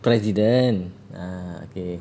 president ah okay